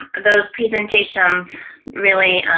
ah those presentations really,